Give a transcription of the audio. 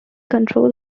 control